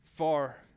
far